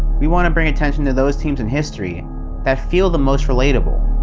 we wanna bring attention to those teams in history that feel the most relatable.